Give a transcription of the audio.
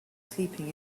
sleeping